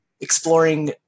exploring